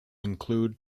include